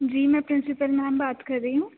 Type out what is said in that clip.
جی میں principal ma'am بات کر رہی ہوں